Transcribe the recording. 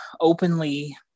openly